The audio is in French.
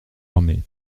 armée